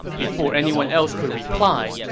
before anyone else could reply,